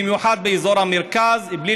במיוחד באזור המרכז,